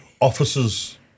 Officers